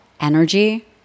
energy